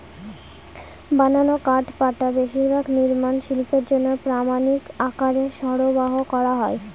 বানানো কাঠপাটা বেশিরভাগ নির্মাণ শিল্পের জন্য প্রামানিক আকারে সরবরাহ করা হয়